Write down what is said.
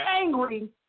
angry